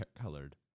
colored